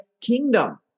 kingdom